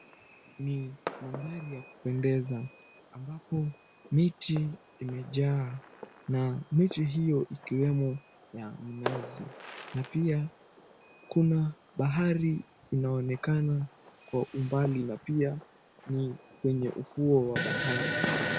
Ni mandhari ya kupendeza ambapo miti imejaa na miti hiyo ikiwemo ya minazi na pia kuna inaonekana kwa umbali na pia ni kwenye ufuo wa bahari.